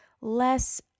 less